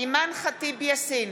אימאן ח'טיב יאסין,